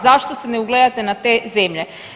Zašto se ne ugledate na te zemlje?